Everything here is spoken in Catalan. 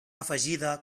afegida